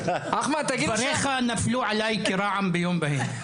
דבריך נפלו עליי כרעם ביום בהיר.